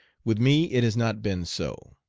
with me it has not been so.